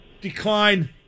Decline